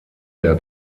der